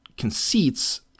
conceits